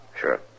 Sure